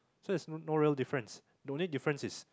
so it's no real difference the only difference is